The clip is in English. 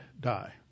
die